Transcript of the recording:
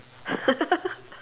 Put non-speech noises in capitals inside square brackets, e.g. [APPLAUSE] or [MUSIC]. [LAUGHS]